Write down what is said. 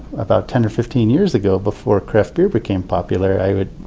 about ten or fifteen years ago before craft beer became popular. i would